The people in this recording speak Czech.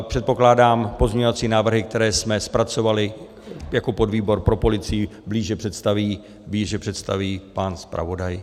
Předpokládám, pozměňovací návrhy, které jsme zpracovali jako podvýbor pro policii, blíže představí pan zpravodaj.